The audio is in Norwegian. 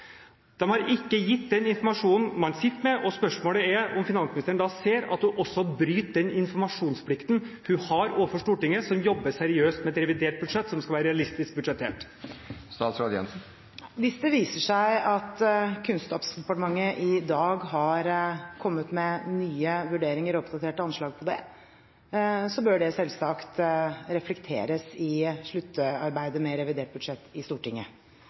har ikke gitt den informasjonen man sitter på. Spørsmålet er om finansministeren ser at hun også bryter den informasjonsplikten hun har overfor Stortinget, som jobber seriøst med et revidert budsjett som skal være realistisk. Hvis det viser seg at Kunnskapsdepartementet i dag har kommet med nye vurderinger og oppdaterte anslag på dette, bør det selvsagt reflekteres i sluttarbeidet med revidert budsjett i Stortinget.